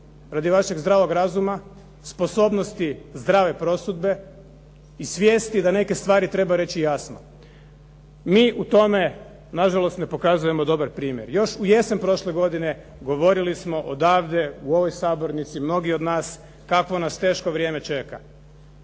radi vašeg zdravog razuma, sposobnosti zdrave prosudbe i svijesti da neke stvari treba reći jasno. Mi u tome nažalost ne pokazujemo dobar primjer. Još u jesen prošle godine govorili smo odavde u ovoj sabornici mnogi od nas kakvo nas teško vrijeme čeka.